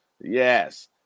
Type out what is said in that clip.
Yes